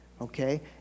Okay